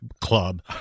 club